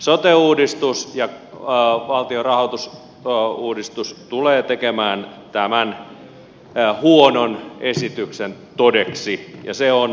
sote uudistus ja valtionrahoitusuudistus tulevat tekemään tämän huonon esityksen todeksi ja se on pakkoliitos